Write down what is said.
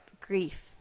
grief